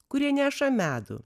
kurie neša medų